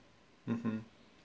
hmm